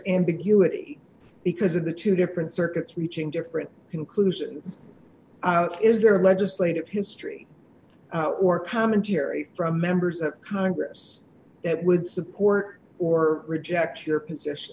ambiguity because of the two different circuits reaching different conclusions is there a legislative history or pam and terry from members of congress that would support or reject your position